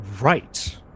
right